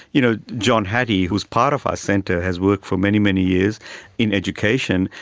you know, john hattie, who is part of our centre, has worked for many, many years in education,